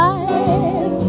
Life